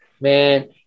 man